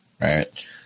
Right